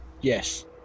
yes